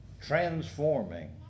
transforming